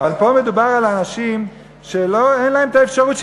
אבל פה מדובר על אנשים שאין להם האפשרות.